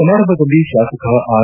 ಸಮಾರಂಭದಲ್ಲಿ ಶಾಸಕ ಆರ್